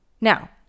Now